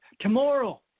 tomorrow